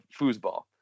foosball